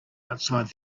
outside